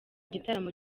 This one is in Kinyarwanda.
gitaramo